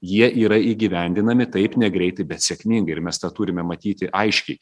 jie yra įgyvendinami taip negreitai bet sėkmingai ir mes tą turime matyti aiškiai